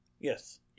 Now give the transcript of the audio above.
Yes